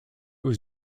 was